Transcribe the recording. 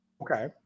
okay